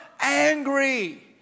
Angry